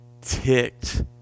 ticked